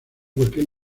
cualquier